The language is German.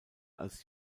als